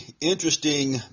interesting